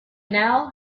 now